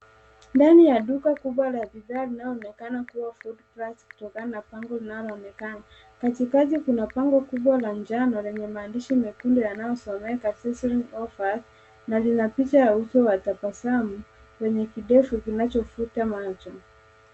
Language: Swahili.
Ndani ya duka kubwa la bidhaa linaloonekana kuwa Foodplus kutokana na bango linaloonekana. Katikati kuna bango kubwa la njano lenye maandishi mekundu yanayosomeka sizzling offers na lina picha ya uso wa tabasamu wenye kidevu kinachovuta macho.